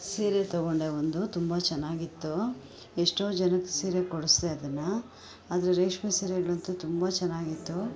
ಸೀರೆ ತೊಗೊಂಡೆ ಒಂದು ತುಂಬ ಚೆನ್ನಾಗಿತ್ತು ಎಷ್ಟೋ ಜನಕ್ಕೆ ಸೀರೆ ಕೊಡಿಸ್ದೆ ಅದನ್ನು ಆದರೆ ರೇಷ್ಮೆ ಸೀರೆಗಳಂತೂ ತುಂಬ ಚೆನ್ನಾಗಿತ್ತು